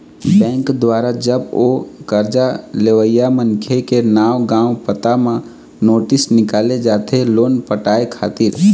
bank दुवारा जब ओ करजा लेवइया मनखे के नांव गाँव पता म नोटिस निकाले जाथे लोन पटाय खातिर